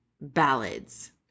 ballads